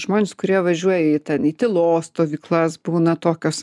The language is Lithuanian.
žmonės kurie važiuoja į ten į tylos stovyklas būna tokios